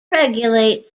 regulates